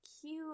cute